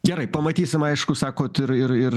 gerai pamatysim aišku sakot ir ir ir